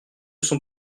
sont